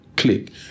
click